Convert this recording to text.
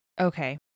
okay